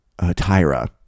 Tyra